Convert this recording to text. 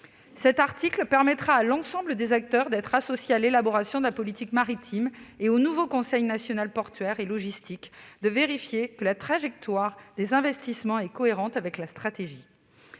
Cet article permettra à l'ensemble des acteurs d'être associés à l'élaboration de la politique maritime, et au nouveau Conseil national portuaire et logistique de vérifier que la trajectoire des investissements est cohérente avec la stratégie.